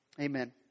Amen